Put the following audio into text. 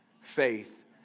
faith